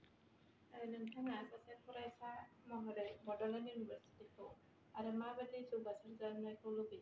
नोंथाङा सासे फरायसा महरै बड'लेण्ड इउनिभारसिटीखौ आरो माबादियै जौगासार जानायखौ लुबैयो